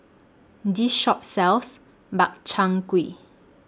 This Shop sells Makchang Gui